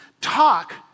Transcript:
talk